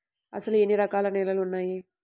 అసలు ఎన్ని రకాల నేలలు వున్నాయి?